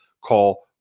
Call